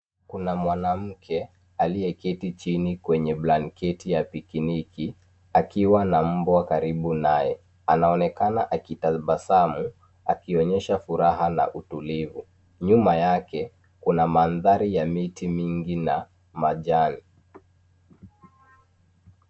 Kuna mwanamke aliyeketi chini kwenye blanketi ya pikiniki akiwa na mbwa kando yake. Anaonekana akitabasamu akionyesha furaha na utulivu. Nyuma yake, kuna mandhari ya miti mingi na majani.